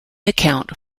account